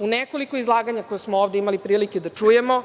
u nekoliko izlaganja koja smo ovde imali prilike da čujemo,